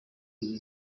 mpfu